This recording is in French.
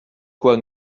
quoi